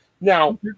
Now